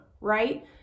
right